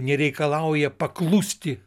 nereikalauja paklusti